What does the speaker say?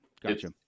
Gotcha